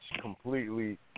completely –